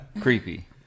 Creepy